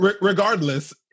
regardless